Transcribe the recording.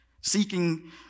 seeking